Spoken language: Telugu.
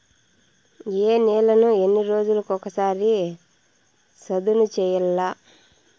ఏ నేలను ఎన్ని రోజులకొక సారి సదును చేయల్ల?